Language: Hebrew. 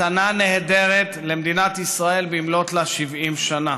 מתנה נהדרת למדינת ישראל במלאת לה 70 שנה.